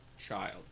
child